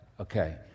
Okay